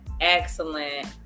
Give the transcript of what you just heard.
excellent